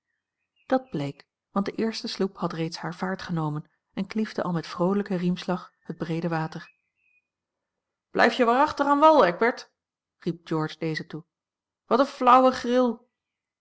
bleek want de eerste sloep had reeds hare vaart genomen en kliefde al met vroolijken riemslag het breede water blijf je waarachtig aan wal eckbert riep george dezen toe wat een flauwe gril